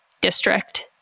district